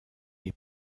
est